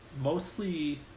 mostly